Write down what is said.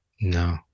No